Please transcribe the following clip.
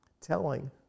telling